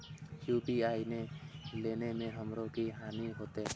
UPI ने लेने से हमरो की हानि होते?